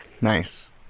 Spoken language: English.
Nice